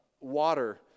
water